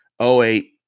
08